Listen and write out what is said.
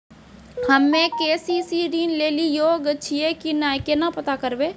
हम्मे के.सी.सी ऋण लेली योग्य छियै की नैय केना पता करबै?